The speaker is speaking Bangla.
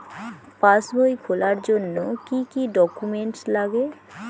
পাসবই খোলার জন্য কি কি ডকুমেন্টস লাগে?